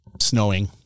snowing